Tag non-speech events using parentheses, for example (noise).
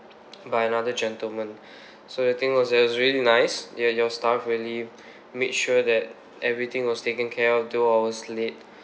(noise) by another gentleman (breath) so the thing was it was really nice yeah your staff really (breath) made sure that everything was taken care of though I was late